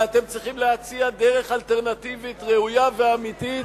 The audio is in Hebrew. ואתם צריכים להציע דרך אלטרנטיבית ראויה ואמיתית,